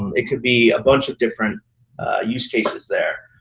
um it could be a bunch of different use cases there.